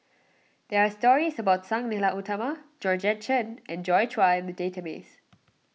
there are stories about Sang Nila Utama Georgette Chen and Joi Chua in the database